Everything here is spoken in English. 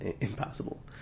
impossible